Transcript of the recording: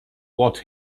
what